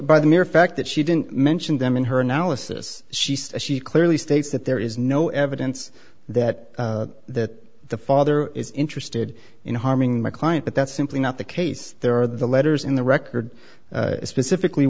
by the mere fact that she didn't mention them in her analysis she says she clearly states that there is no evidence that that the father is interested in harming my client but that's simply not the case there are the letters in the record specifically